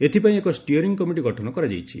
ଏଥିପାଇଁ ଏକ steering committee ଗଠନ କରାଯାଇଛି